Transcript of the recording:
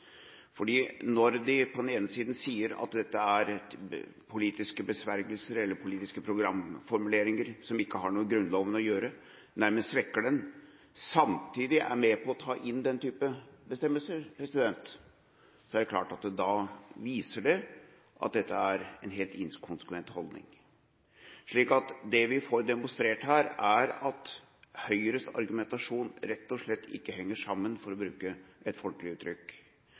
fordi Høyre ikke konsekvent følger opp det prinsippet for rettsforståelse som Tetzschner her presenterte i sitt innlegg. For når de på den ene siden sier at dette er politiske besvergelser eller politiske programformuleringer som ikke har noe i Grunnloven å gjøre, ja nærmest svekker den, og samtidig er med på å ta inn den type bestemmelser, viser det klart en helt inkonsekvent holdning. Så det vi får demonstrert her, er at Høyres argumentasjon rett og slett ikke henger sammen, for å bruke et folkelig uttrykk.